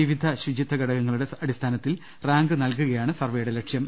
വിവിധ ശുചിത്വ ഘടകങ്ങളുടെ അടിസ്ഥാനത്തിൽ റാങ്ക് നൽകുകയാണ് സർവേയുടെ ലക്ഷ്യം